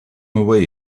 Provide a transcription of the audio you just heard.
away